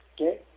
okay